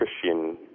Christian